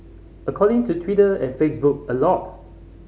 according to Twitter and Facebook a lot